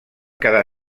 quedar